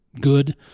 good